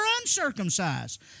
uncircumcised